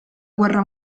guerra